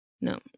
no